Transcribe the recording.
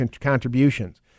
contributions